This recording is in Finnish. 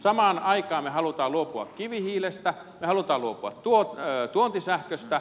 samaan aikaan me haluamme luopua kivihiilestä me haluamme luopua tuontisähköstä